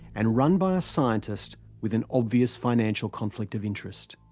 and run by a scientist with an obvious financial conflict of interest.